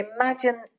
Imagine